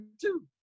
two